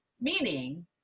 meaning